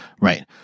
Right